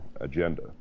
agenda